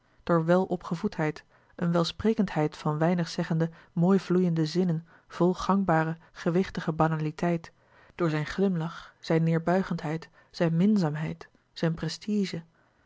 door welopgevoedheid eene welsprekendheid van weinig zeggende mooivloeiende zinnen vol gangbare gewichtige banaliteit door zijn glimlach zijn neêrbuigendheid zijn minzaamheid zijn prestige